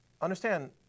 understand